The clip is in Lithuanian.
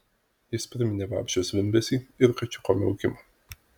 jis priminė vabzdžio zvimbesį ir kačiuko miaukimą